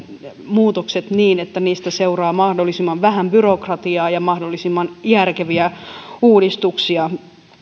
muutokset niin että niistä seuraa mahdollisimman vähän byrokratiaa ja mahdollisimman järkeviä uudistuksia